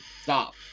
Stop